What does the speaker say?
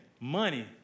Money